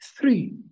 Three